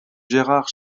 gérard